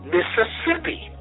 Mississippi